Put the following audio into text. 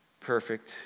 perfect